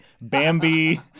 Bambi